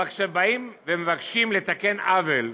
אבל כשאתם מבקשים לתקן עוול,